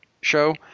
show